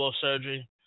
surgery